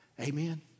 Amen